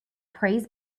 prays